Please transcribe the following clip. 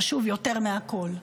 חשוב יותר מכול: